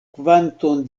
kvanton